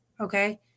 okay